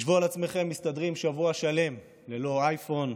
חשבו על עצמכם מסתדרים שבוע שלם ללא אייפון,